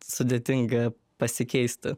sudėtinga pasikeisti